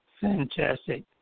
Fantastic